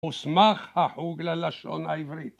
‫הוסמך החוג ללשון העברית.